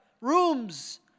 rooms